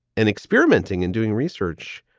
and experimenting and doing research,